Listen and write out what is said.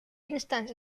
instance